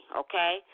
okay